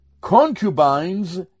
concubines